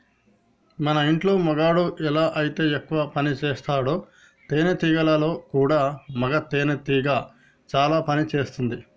మన ఇంటిలో మగాడు ఎలా అయితే ఎక్కువ పనిసేస్తాడో తేనేటీగలలో కూడా మగ తేనెటీగ చానా పని చేస్తుంది